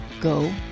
go